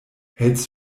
hältst